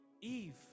Eve